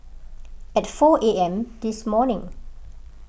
at four A M this morning